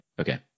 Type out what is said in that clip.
Okay